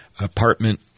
apartment